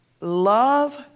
Love